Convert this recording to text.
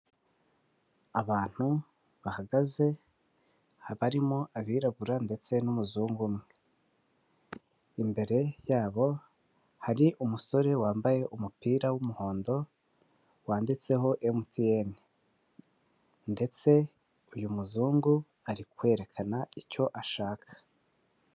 Abantu bahagaze harimo abirabura ndetse n'umuzungu umwe, imbere yabo hari umusore wambaye umupira w'umuhondo wanditseho MTN, ndetse uyu muzungu ari kwerekana icyo ashaka.